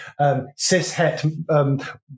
cishet